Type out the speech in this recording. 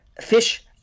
Fish